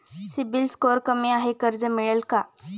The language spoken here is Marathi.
सिबिल स्कोअर कमी आहे कर्ज मिळेल का?